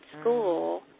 school